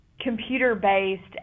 computer-based